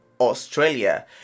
Australia